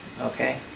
Okay